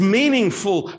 meaningful